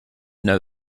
know